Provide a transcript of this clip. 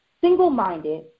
single-minded